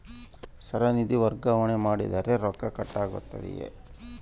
Sir ನಿಧಿ ವರ್ಗಾವಣೆ ಮಾಡಿದರೆ ರೊಕ್ಕ ಕಟ್ ಆಗುತ್ತದೆಯೆ?